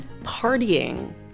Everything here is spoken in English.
partying